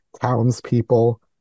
townspeople